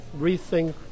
rethink